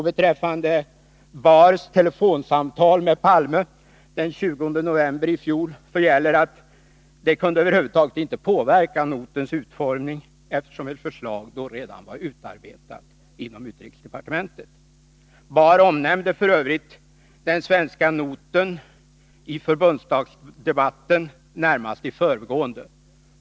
Beträffande Bahrs telefonsamtal med Olof Palme den 20 november i fjol gäller att det över huvud taget inte kunde påverka notens utformning, eftersom ett förslag då redan var utarbetat inom utrikesdepartementet. Bahr omnämnde f.ö. den svenska noten i förbundsdagsdebatten närmast i förbigående.